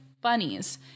bunnies